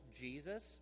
Jesus